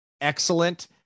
excellent